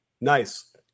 Nice